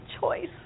choice